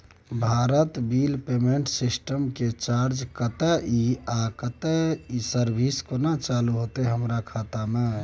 Bharat bill payment system के charge कत्ते इ आ इ सर्विस केना चालू होतै हमर खाता म?